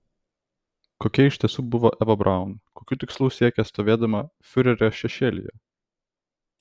kokia iš tiesų buvo eva braun kokių tikslų siekė stovėdama fiurerio šešėlyje